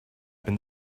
been